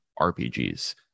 RPGs